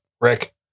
Rick